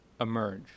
emerge